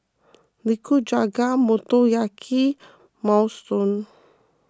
Nikujaga Motoyaki and Minestrone